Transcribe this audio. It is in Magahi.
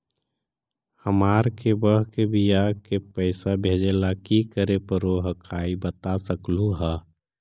हमार के बह्र के बियाह के पैसा भेजे ला की करे परो हकाई बता सकलुहा?